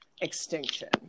extinction